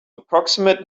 approximate